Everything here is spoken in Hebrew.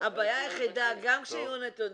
הבעיה היחידה היא שגם כשיהיו נתונים,